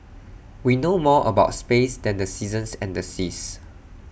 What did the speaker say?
we know more about space than the seasons and the seas